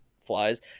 flies